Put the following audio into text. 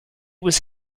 was